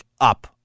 up